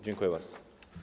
Dziękuję bardzo.